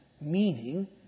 meaning